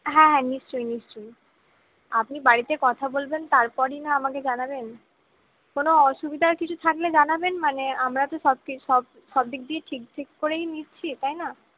হ্যাঁ হ্যাঁ নিশ্চয় নিশ্চয় আপনি বাড়িতে কথা বলবেন তারপরই না আমাকে জানাবেন কোনো অসুবিধার কিছু থাকলে জানাবেন মানে আমরা তো সব সব সব দিক দিয়েই ঠিক ঠিক করেই নিচ্ছি তাই না